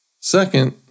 Second